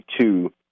two